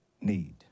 need